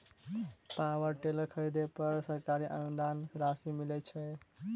Power tiller खरीदे पर सरकारी अनुदान राशि मिलय छैय?